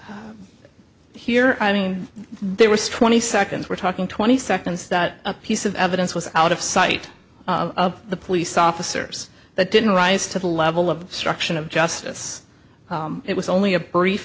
offense here i mean there was twenty seconds we're talking twenty seconds that a piece of evidence was out of sight of the police officers that didn't rise to the level of destruction of justice it was only a brief